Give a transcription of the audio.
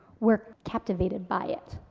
we're captivated by it.